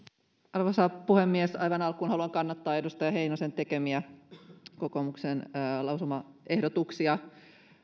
arvoisa puhemies aivan alkuun haluan kannattaa edustaja heinosen tekemiä kokoomuksen lausumaehdotuksia